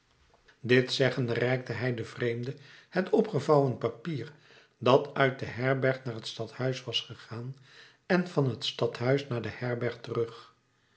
dit zeggende reikte hij den vreemde het opengevouwen papier dat uit de herberg naar t stadhuis was gegaan en van t stadhuis naar de herberg terug